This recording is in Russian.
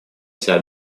себя